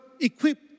equipped